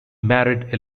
married